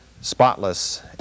spotless